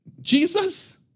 Jesus